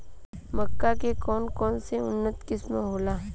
मक्का के कौन कौनसे उन्नत किस्म होला?